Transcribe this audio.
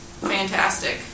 fantastic